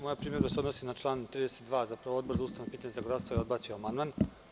Moja primedba se odnosi na član 32, zapravo na Odbor za ustavna pitanja i zakonodavstvo koji je odbacio amandman.